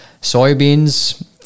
soybeans